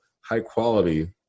high-quality